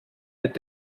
mit